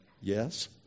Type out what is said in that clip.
Yes